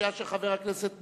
והשנייה של חבר הכנסת מולה,